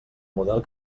model